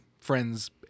friend's